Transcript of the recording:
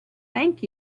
thank